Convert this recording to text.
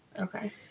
Okay